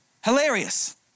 hilarious